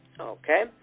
Okay